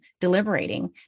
deliberating